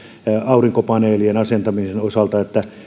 aurinkopaneelien asentamisen osalta niin että